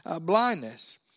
blindness